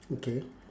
okay